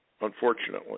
unfortunately